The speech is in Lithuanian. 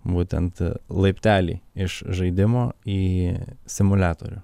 būtent laiptelį iš žaidimo į simuliatorių